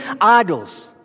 idols